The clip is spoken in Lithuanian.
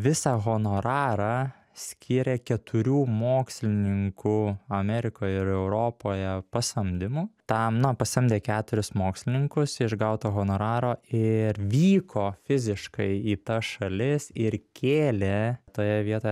visą honorarą skyrė keturių mokslininkų amerikoje ir europoje pasamdymų tam na pasamdė keturis mokslininkus iš gauto honoraro ir vyko fiziškai į tas šalis ir kėlė toje vietoje